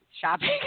shopping